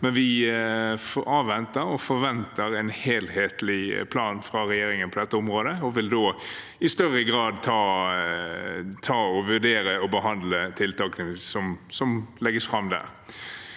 Vi avventer og forventer en helhetlig plan fra regjeringen på dette området, og vi vil vurdere og behandle tiltakene som legges fram der.